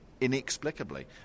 inexplicably